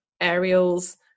Aerials